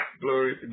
Glory